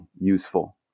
useful